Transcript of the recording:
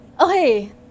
Okay